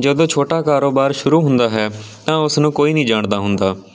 ਜਦੋਂ ਛੋਟਾ ਕਾਰੋਬਾਰ ਸ਼ੁਰੂ ਹੁੰਦਾ ਹੈ ਤਾਂ ਉਸਨੂੰ ਕੋਈ ਨਹੀਂ ਜਾਣਦਾ ਹੁੰਦਾ